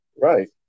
Right